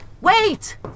Wait